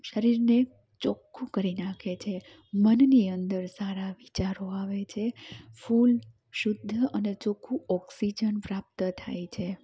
શરીરને ચોખ્ખું કરી નાંખે છે મનની અંદર સારા વિચારો આવે છે ફૂલ શુદ્ધ અને ચોખ્ખું ઑક્સીજન પ્રાપ્ત થાય છે